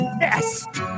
Yes